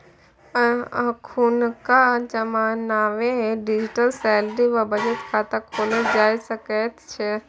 अखुनका जमानामे digital salary वा बचत खाता खोलल जा सकैत छै